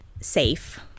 safe